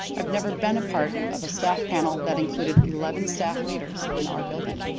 i've never been a part of a staff panel that included eleven staff leaders in our building.